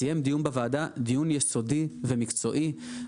סיים דיון יסודי ומקצועי בוועדה,